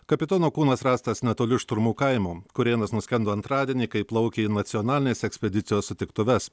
kapitono kūnas rastas netoli šturmų kaimo kurėnas nuskendo antradienį kai plaukė į nacionalinės ekspedicijos sutiktuves